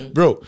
Bro